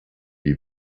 die